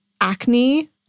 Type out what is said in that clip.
acne